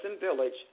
Village